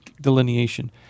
delineation